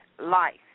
life